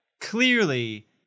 clearly